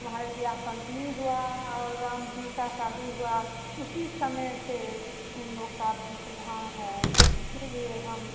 तुम्हारे बियाह पंचमी हुआ और राम जी का शादी हुआ उसी समय से उन लोग का प्रधान है इसलिए हम